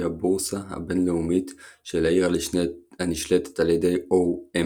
היא הבורסה הבינלאומית של העיר הנשלטת על ידי OMX,